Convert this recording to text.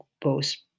post